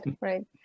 right